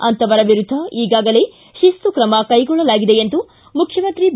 ಅಂತವರ ವಿರುದ್ದ ಈಗಾಗಲೇ ತಿಸ್ತು ತ್ರಮ ಕೈಗೊಳ್ಳಲಾಗಿದೆ ಎಂದು ಮುಖ್ಯಮಂತ್ರಿ ಬಿ